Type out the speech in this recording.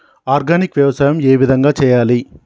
Organic వ్యవసాయం ఏ విధంగా చేయాలి?